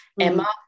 Emma